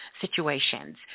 situations